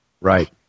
Right